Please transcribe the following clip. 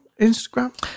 instagram